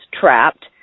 trapped